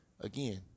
again